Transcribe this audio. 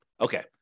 Okay